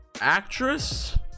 actress